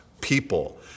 people